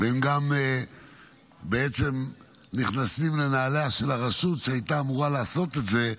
והם בעצם גם נכנסים בנעליה של הרשות שהייתה אמורה לעשות את זה,